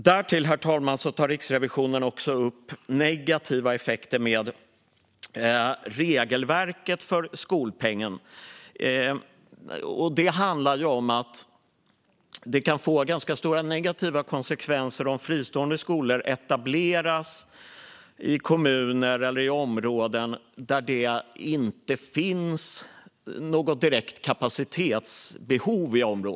Därtill, herr talman, tar Riksrevisionen också upp negativa effekter av regelverket för skolpengen. Det handlar om att det kan få ganska stora negativa konsekvenser om fristående skolor etableras i kommuner eller i områden där det inte finns något direkt kapacitetsbehov.